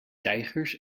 tijgers